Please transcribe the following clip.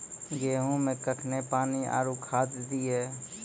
गेहूँ मे कखेन पानी आरु खाद दिये?